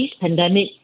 pandemic